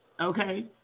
Okay